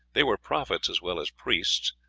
they were prophets as well as priests.